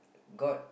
god